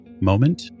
moment